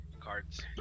Cards